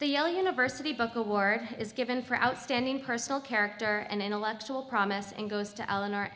yellow university book award is given for outstanding personal character and intellectual promise and goes to eleanor